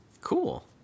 Cool